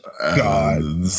God